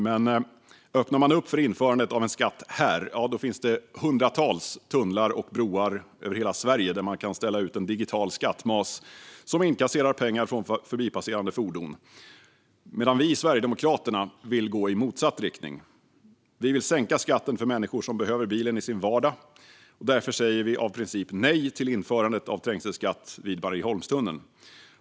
Men öppnar man upp för införandet av en skatt här finns det hundratals tunnlar och broar över hela Sverige där man kan ställa ut en digital skattmas, som inkasserar pengar från förbipasserande fordon. Vi i Sverigedemokraterna vill gå i motsatt riktning. Vi vill sänka skatten för människor som behöver bilen i sin vardag. Därför säger vi av princip nej till införandet av trängselskatt vid Marieholmstunneln.